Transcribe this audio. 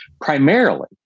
primarily